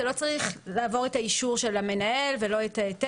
זה לא צריך לעבור את האישור של המנהל ולא את ההיתר.